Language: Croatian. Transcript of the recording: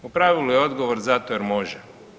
U pravilu je odgovor zato jer može.